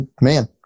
man